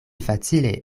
facile